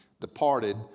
departed